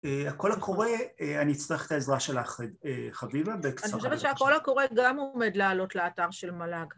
הכל הקורא, אני אצטרך את העזרה שלך חביבה, בקצרה... אני חושבת שהכל הקורה גם עומד לעלות לאתר של מלאג.